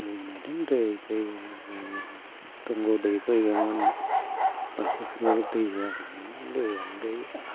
दै नेदों दै गैया दंग' दै फैयोमोन दा फुख्रियाव दै गैया दैयानो गैया